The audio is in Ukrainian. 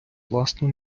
власну